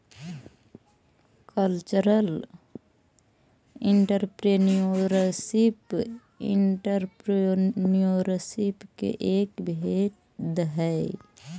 cultural entrepreneurship entrepreneurship के एक भेद हई